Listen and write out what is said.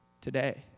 today